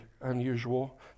unusual